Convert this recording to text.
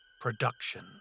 production